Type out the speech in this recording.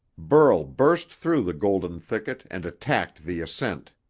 burl burst through the golden thicket and attacked the ascent.